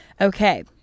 Okay